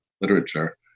literature